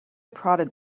prodded